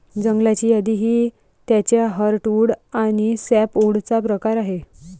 जंगलाची यादी ही त्याचे हर्टवुड आणि सॅपवुडचा प्रकार आहे